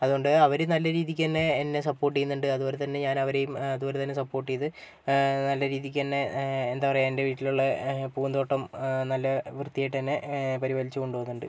അതുകൊണ്ട് അവർ നല്ല രീതിക്ക് തന്നെ എന്നെ സപ്പോർട്ട് ചെയ്യുന്നുണ്ട് അതുപോലെതന്നെ ഞാൻ അവരെയും അതുപോലെതന്നെ സപ്പോർട്ട് ചെയ്ത് നല്ല രീതിക്ക് തന്നെ എന്താ പറയാ ഏൻ്റെ വീട്ടിലുള്ള പൂന്തോട്ടം നല്ല വൃത്തിയായിട്ട് തന്നെ പരിപാലിച്ചു കൊണ്ടുപോകുന്നുണ്ട്